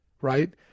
right